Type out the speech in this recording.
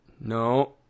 No